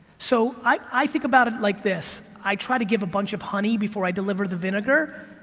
so, i think about it like this, i try to give a bunch of honey before i deliver the vinegar,